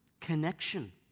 connection